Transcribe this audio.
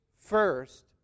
first